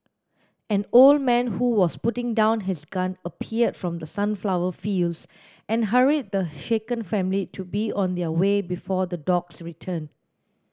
an old man who was putting down his gun appeared from the sunflower fields and hurried the shaken family to be on their way before the dogs return